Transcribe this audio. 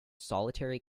solitary